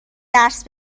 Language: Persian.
درس